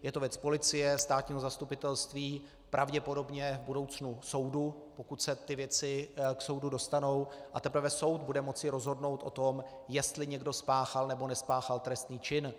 Je to věc policie, státního zastupitelství, pravděpodobně v budoucnu soudu, pokud se ty věci k soudu dostanou, a teprve soud bude moci rozhodnout o tom, jestli někdo spáchal, nebo nespáchal trestný čin.